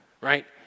Right